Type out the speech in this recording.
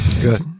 Good